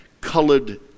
colored